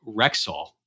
Rexall